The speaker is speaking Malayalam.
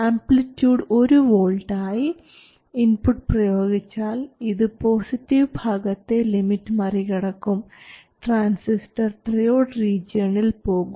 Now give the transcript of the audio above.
ആംപ്ലിട്യൂഡ് ഒരു വോൾട്ട് ആയി ഇൻപുട്ട് പ്രയോഗിച്ചാൽ ഇത് പോസിറ്റീവ് ഭാഗത്തെ ലിമിറ്റ് മറികടക്കും ട്രാൻസിസ്റ്റർ ട്രയോഡ് റീജിയണിൽ പോകും